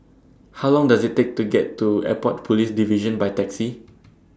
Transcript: How Long Does IT Take to get to Airport Police Division By Taxi